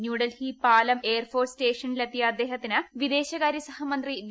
New Delhi Palam air force സ്റ്റേഷനിലെത്തിയ അദ്ദേഹത്തിന് വിദേശകാര്യ സഹമന്തി വി